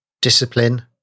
discipline